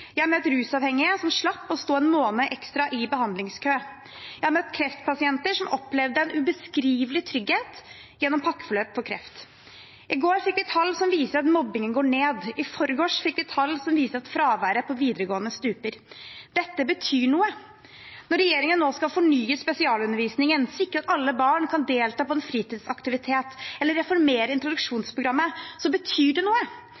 Jeg har møtt rusavhengige som slapp å stå en måned ekstra i behandlingskø. Jeg har møtt kreftpasienter som har opplevd en ubeskrivelig trygghet gjennom pakkeforløp for kreft. I går fikk vi tall som viser at mobbingen går ned. I forgårs fikk vi tall som viser at fraværet på videregående stuper. Dette betyr noe. Når regjeringen nå skal fornye spesialundervisningen, sikre at alle barn kan delta på en fritidsaktivitet, eller reformere introduksjonsprogrammet, betyr det noe